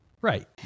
Right